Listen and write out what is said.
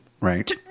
Right